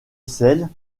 celle